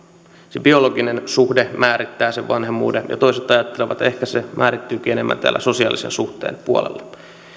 se biologinen suhde määrittää sen vanhemmuuden ja toiset ajattelevat että ehkä se määrittyykin enemmän täällä sosiaalisen suhteen puolella